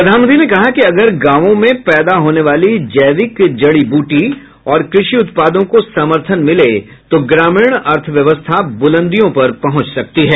प्रधानमंत्री ने कहा कि अगर गांवों में पैदा होने वाली जैविक जड़ी ब्रटी और कृषि उत्पादों को समर्थन मिले तो ग्रामीण अर्थव्यवस्था ब्रलंदियों पर पहुंच सकती है